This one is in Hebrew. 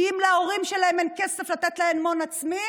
כי אם אין להורים שלהם כסף לתת להם הון עצמי